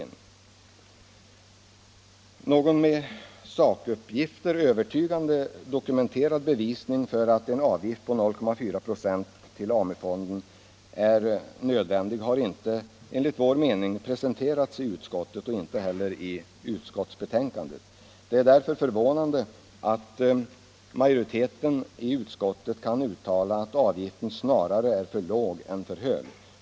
Någon med sakuppgifter övertygande dokumenterad bevisning för att en avgift på 0,4 96 till AMU-fonden är nödvändig har inte nligt vår mening presenterats i utskottet och inte heller i utskottsbetänkandet. Det är därför förvånande att majoriteten i utskottet kan uttala att avgiften snarare är för låg än för hög.